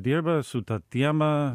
dirba su ta tiema